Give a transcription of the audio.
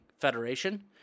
Federation